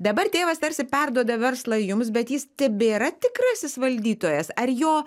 dabar tėvas tarsi perduoda verslą jums bet jis tebėra tikrasis valdytojas ar jo